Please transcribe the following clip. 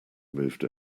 moved